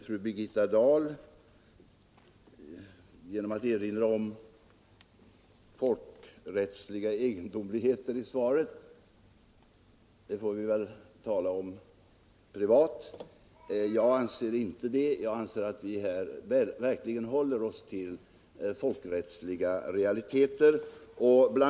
Fru Birgitta Dahl säger att det finns folkrättsliga egendomligheter i svaret — det får vi väl tala om privat. Jag anser inte det, utan vi håller oss här till folkrättsliga realiteter.